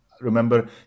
Remember